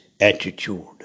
attitude